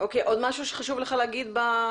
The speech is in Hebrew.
עוד משהו שחשוב לך לומר?